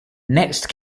next